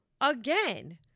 again